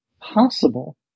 possible